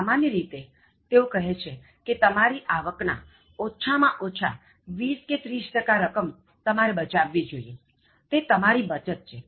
સામાન્ય રીતે તેઓ છે કે તમારી આવકના ઓછામાં ઓછા 20 કે30 ટકા રકમ તમારે બચાવવી જોઇએ તે તમારી બચત છે